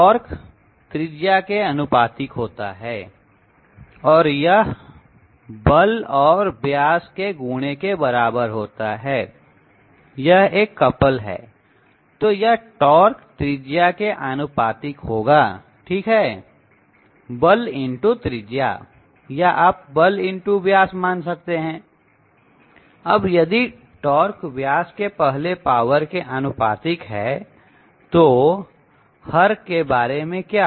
torque त्रिज्या के अनुपातिक होता है और यह बल और व्यास के गुने के बराबर होता है यह एक कपल है तो यह टॉर्क त्रिज्या के आनुपातिक होगा ठीक है बल x त्रिज्या या आप बलx व्यास मान सकते हैं अब यदि टॉर्क व्यास के पहले पावर के आनुपातिक है तो हर के बारे में क्या